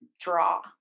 draw